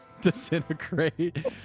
disintegrate